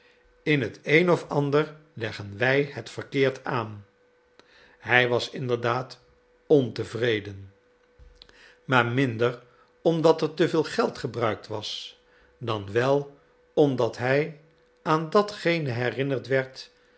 in het een of ander leggen wij het verkeerd aan hij was inderdaad ontevreden maar minder omdat er te veel geld gebruikt was dan wel omdat hij aan datgene herinnerd werd